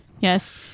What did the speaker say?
Yes